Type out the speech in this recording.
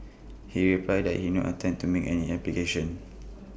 he replied that he not intend to make any application